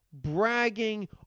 bragging